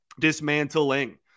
Dismantling